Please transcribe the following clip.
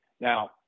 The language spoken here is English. Now